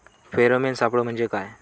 Pheromone सापळे म्हंजे काय?